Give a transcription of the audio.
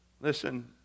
Listen